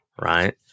right